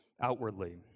outwardly